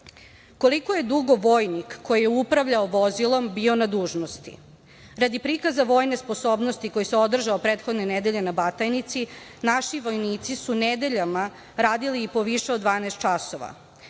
je dugo vojnik koji je upravljao vozilom bio na dužnosti? Radi prikaza vojne sposobnosti koji se održao prethodne nedelje na Batajnici, naši vojnici su nedeljama radili i po više od 12 časova.